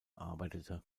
arbeitete